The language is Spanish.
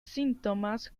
síntomas